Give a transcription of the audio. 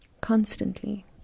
constantly